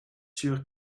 sûr